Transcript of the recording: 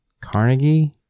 Carnegie